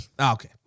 Okay